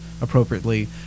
appropriately